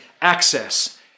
Access